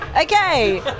Okay